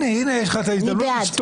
הנה, יש לך הזדמנות היסטורית.